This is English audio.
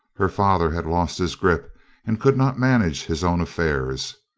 her father had lost his grip and could not manage his own affairs,